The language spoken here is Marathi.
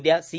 उद्या सी